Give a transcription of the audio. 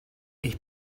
ich